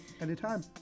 Anytime